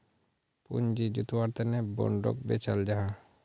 पूँजी जुत्वार तने बोंडोक बेचाल जाहा